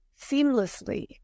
seamlessly